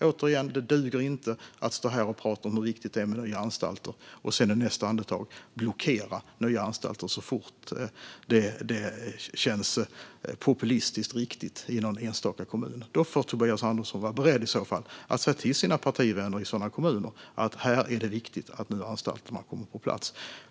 Återigen: Det duger inte att stå här och prata om hur viktigt det är med nya anstalter och sedan i nästa andetag blockera nya anstalter så fort det känns populistiskt riktigt i någon enstaka kommun. I så fall får Tobias Andersson vara beredd att säga till sina partivänner i sådana kommuner att det där är viktigt att nya anstalter kommer på plats.